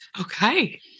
Okay